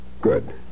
Good